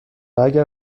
اگر